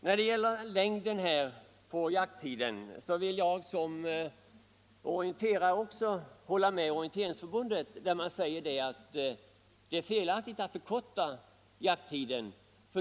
När det gäller längden på jakttiden vill jag som orienterare hålla med Orienteringsförbundet, som säger att det är felaktigt att förkorta jakttiden.